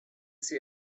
sie